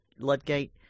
Ludgate